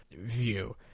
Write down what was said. view